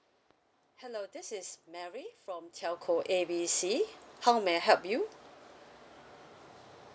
hello this is mary from telco A B C how may I help you